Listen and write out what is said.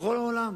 בכל העולם.